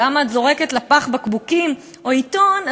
או, למה את זורקת לפח בקבוקים, או עיתון?